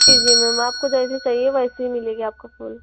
जी जी मैम आपको जैसी चाहिए वैसे ही मिलेगी आपको फूल